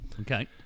Okay